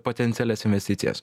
potencialias investicijas